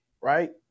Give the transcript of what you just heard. right